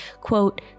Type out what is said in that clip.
quote